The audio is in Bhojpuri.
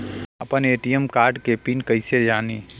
आपन ए.टी.एम कार्ड के पिन कईसे जानी?